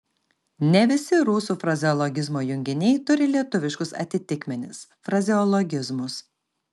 ne visi rusų frazeologizmo junginiai turi lietuviškus atitikmenis frazeologizmus